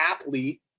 athlete